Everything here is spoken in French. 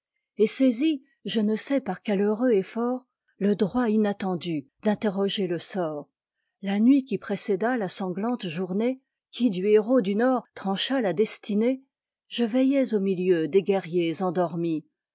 et saisit je ne sais par que heureux effort le droit inattendu d'interroger le sort la nuit qui précéda la sanglante journée qui du héros du nord trancha la destinée je veillais au milieu des guerriers endormis